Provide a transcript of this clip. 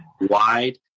wide